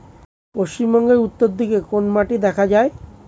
পশ্চিমবঙ্গ উত্তর দিকে কোন মাটি দেখা যায়?